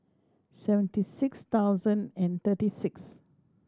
seventy six thousand and thirty six